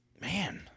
Man